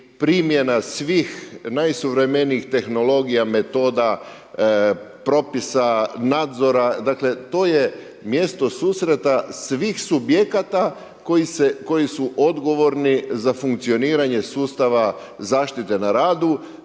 primjena svih najsuvremenijih tehnologija, metoda, propisa, nadzora, dakle, to je mjesto susreta svih subjekata, koji su odgovorni za funkcioniranje sustava zaštite na radu.